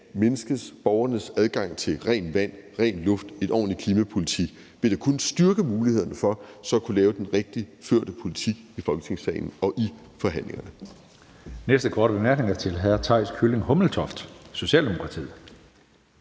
af menneskenes, borgernes, adgang til rent vand, ren luft og en ordentlig klimapolitik, vil jo kun styrke mulighederne for, at man så kan føre den rigtige politik i Folketingssalen og i forhandlingerne.